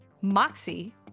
Moxie